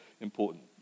important